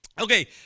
okay